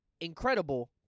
incredible